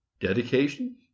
Dedication